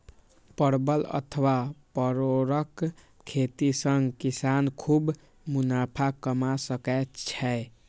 परवल अथवा परोरक खेती सं किसान खूब मुनाफा कमा सकै छै